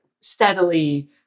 steadily